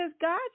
God